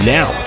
Now